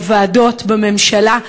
בוועדות ובממשלה.